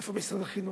איפה משרד החינוך?